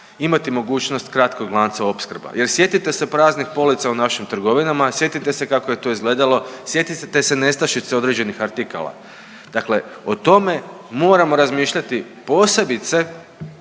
imati mogućnost kratkog lanca opskrba. Jer sjetite se praznih polica u našim trgovinama, sjetite se kako je to izgledalo, sjetite se nestašice određenih artikala. Dakle, o tome moramo razmišljati posebice